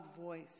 voice